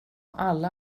alla